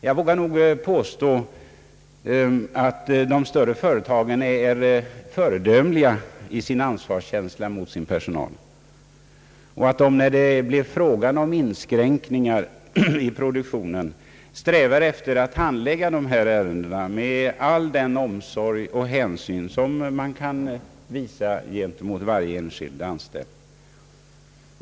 Jag vågar påstå att de större företagen är föredömliga i sin ansvarskänsla mot personalen och att de, när det blir fråga om produktionsinskränkningar, strävar efter att handlägga sådana ärenden med all den omsorg och hänsyn som kan; visas mot varje enskild anställd.